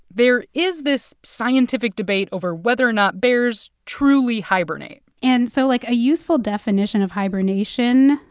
there is this scientific debate over whether or not bears truly hibernate and so like, a useful definition of hibernation,